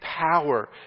power